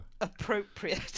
appropriate